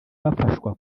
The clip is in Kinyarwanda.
bafashwa